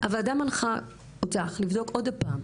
הוועדה מנחה אותך לבדוק עוד פעם